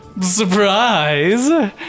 surprise